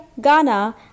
Ghana